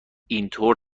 اینطور